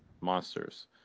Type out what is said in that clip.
monsters